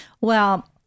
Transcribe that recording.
Well-